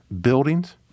buildings